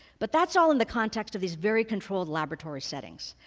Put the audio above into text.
but that's all in the context of these very controlled laboratory settings.